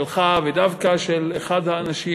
שלך ודווקא של אחד האנשים